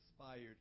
inspired